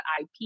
IP